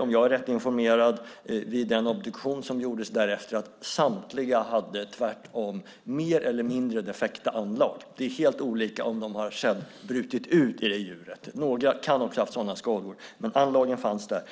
Om jag är rätt informerad har det vid de obduktioner som gjordes därefter visat sig att samtliga tvärtom hade mer eller mindre defekta anlag. Det är inte säkert att de har brutit ut i det djuret - några kan också ha haft sådana skador - men anlagen fanns där.